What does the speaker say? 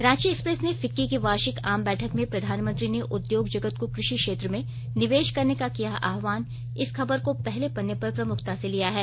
Ranchi Express ने FICCI की वार्षिक आम बैठक में प्रधानमंत्री ने उद्योग जगत को कृषि क्षेत्र में निवेश करने का किया आह्वान इस खबर को पहले पन्ने पर प्रमुखता से लिया है